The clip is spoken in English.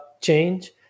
change